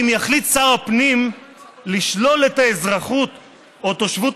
אם יחליט שר הפנים לשלול את האזרחות או תושבות